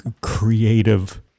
creative